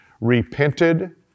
repented